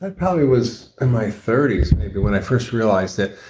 but probably was in my thirties, maybe when i first realized it,